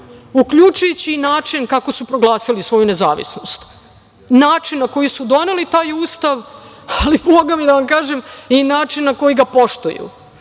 uključujući i način kako su proglasili svoju nezavisnost, način na koji su doneli taj ustav, ali bogami da vam kažem i način na koji na poštuju,